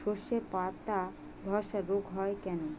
শর্ষের পাতাধসা রোগ হয় কেন?